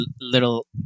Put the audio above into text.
little